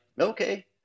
okay